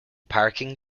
parking